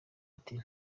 ati